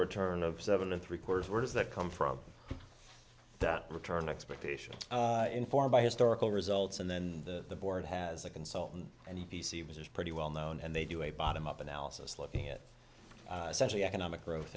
return of seven and three quarters where does that come from that return expectation informed by historical results and then the board has a consultant and he she was pretty well known and they do a bottom up analysis looking it essentially economic growth